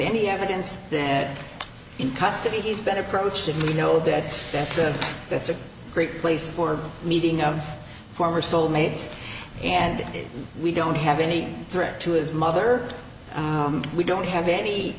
any evidence that in custody he's been approached if we know that that's a great place for meeting of former soul mates and we don't have any threat to his mother we don't have any